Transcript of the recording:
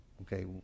Okay